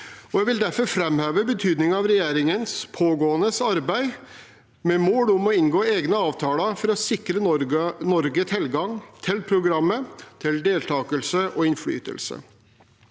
3865 vil derfor framheve betydningen av regjeringens pågående arbeid med mål om å inngå egne avtaler for å sikre Norge tilgang til programmet, deltakelse og innflytelse.